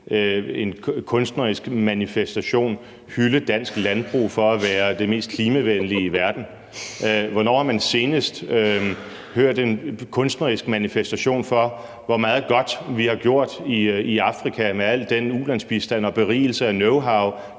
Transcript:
en kunstnerisk manifestation hylde dansk landbrug for at være det mest klimavenlige i verden? Hvornår har man senest hørt en kunstnerisk manifestation for, hvor meget godt vi har gjort i Afrika med al den ulandsbistand og berigelse og knowhow?